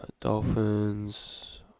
Dolphins